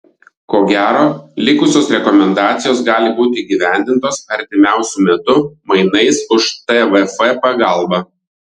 ko gero likusios rekomendacijos gali būti įgyvendintos artimiausiu metu mainais už tvf pagalbą